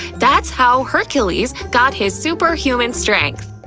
that's how hercules got his superhuman strength.